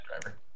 driver